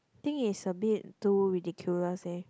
think is a bit too ridiculous eh